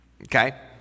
Okay